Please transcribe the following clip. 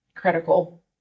Critical